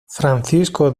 francisco